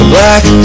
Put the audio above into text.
Black